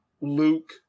Luke